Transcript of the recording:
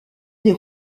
des